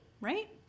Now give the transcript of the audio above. right